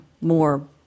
more